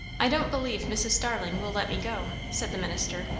i don't believe mrs. starling will let me go, said the minister.